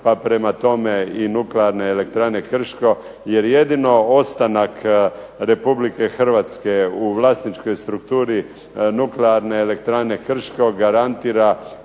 pa prema tome i Nuklearne elektrane Krško jer jedino ostanak Republike Hrvatske u vlasničkoj strukturi Nuklearne elektrane Krško garantira